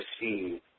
receive